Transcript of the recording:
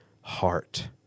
heart